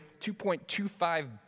2.25